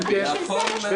כן.